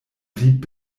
blieb